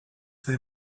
they